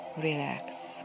relax